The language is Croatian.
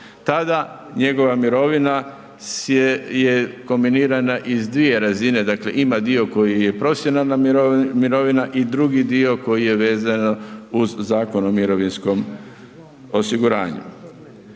Tada njegova mirovina je kombinirana iz dvije razine, dakle ima dio koji je profesionalna mirovina i drugi dio koji je vezano uz Zakon o mirovinskom osiguranju.